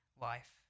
life